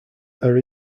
are